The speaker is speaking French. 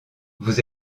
vous